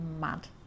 mad